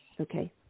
Okay